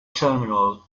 terminal